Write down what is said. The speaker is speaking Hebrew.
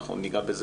אנחנו ניגע בזה